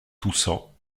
toussant